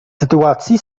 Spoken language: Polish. sytuacji